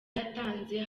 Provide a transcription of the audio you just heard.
yatanze